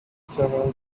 several